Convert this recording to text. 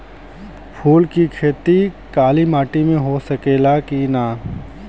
फूल के खेती काली माटी में हो सकेला की ना?